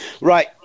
Right